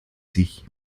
sich